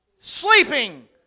sleeping